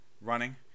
running